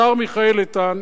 השר מיכאל איתן,